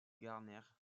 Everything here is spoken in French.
garner